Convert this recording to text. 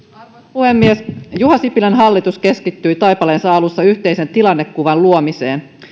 puhemies juha sipilän hallitus keskittyi taipaleensa alussa yhteisen tilannekuvan luomiseen